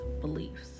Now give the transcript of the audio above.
beliefs